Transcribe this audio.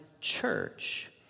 church